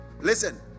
Listen